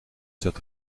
dat